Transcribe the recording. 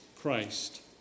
Christ